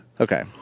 Okay